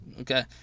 Okay